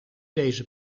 deze